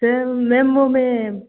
sir ma'am वो मैं